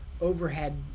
overhead